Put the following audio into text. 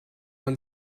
man